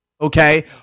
Okay